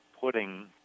putting